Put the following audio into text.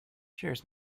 cheers